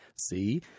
See